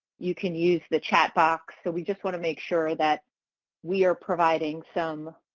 you can use the chat box so we just want to make sure that we are providing some